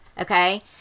okay